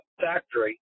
factory